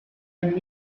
and